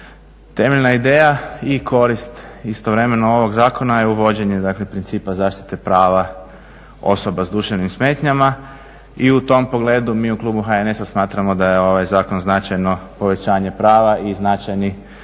Temeljna ideja i korist istovremeno ovog zakona je uvođenje dakle principa zaštite prava osoba s duševnim smetnjama i u tom pogledu mi u klubu HNS-a smatramo da je ovaj zakon značajno povećanje prava i značajni